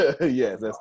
Yes